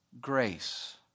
grace